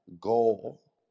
goal